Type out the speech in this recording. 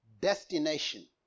destination